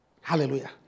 Hallelujah